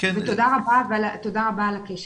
תודה רבה על הקשב.